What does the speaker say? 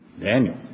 Daniel